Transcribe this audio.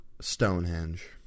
Stonehenge